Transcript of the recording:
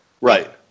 Right